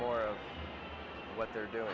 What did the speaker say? more of what they're doing